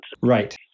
Right